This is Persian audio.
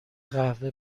قهوه